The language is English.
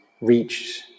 Reached